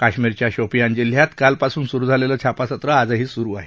काश्मिरच्या शोपियान जिल्ह्यात कालपासून सुरु झालेलं छापासत्र आजही सुरु आहे